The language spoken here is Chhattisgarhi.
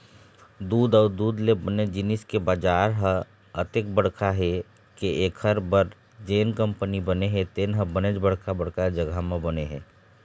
दूद अउ दूद ले बने जिनिस के बजार ह अतेक बड़का हे के एखर बर जेन कंपनी बने हे तेन ह बनेच बड़का बड़का जघा म बने हे